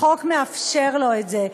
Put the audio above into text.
החוק מאפשר לו את זה,